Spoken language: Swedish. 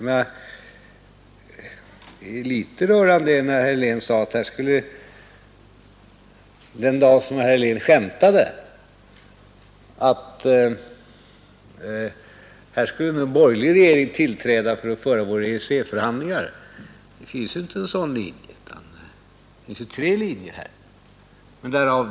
Det var litet rörande när herr Helén sade — det var den dag då han skämtade — att här skulle en borgerlig regering tillträda för att föra våra EEC-förhandlingar. Det finns inte en enda borgerlig linje här, utan det är tre linjer.